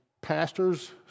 pastors